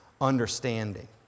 understanding